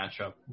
matchup